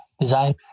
design